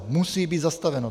Musí být zastaveno.